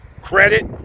credit